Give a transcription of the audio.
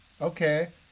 Okay